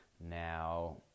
Now